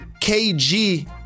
KG